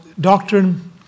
doctrine